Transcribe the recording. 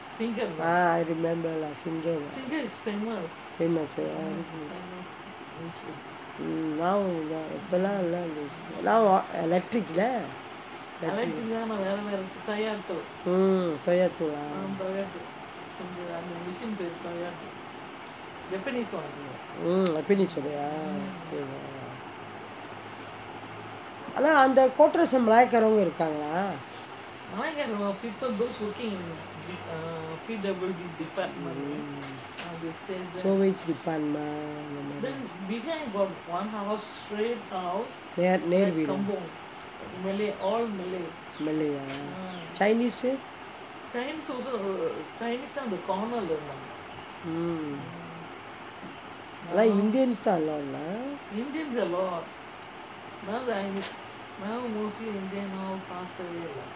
ah I remember lah famous eh mm now இப்போ லாம்:ippo laam now electric lah mm japanese ஓடயா:odaiyaa okay lah ஆனா அந்த:aana antha quarters leh Malay காரங்களும் இருக்காங்களா:malaai karangalum irukangalaa mm so which department நேர் வீடா:ner veedaa malay ah chinese உ:u mm indians தா:thaa a lot